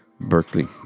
Berkeley